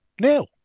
nil